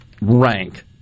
rank